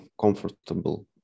comfortable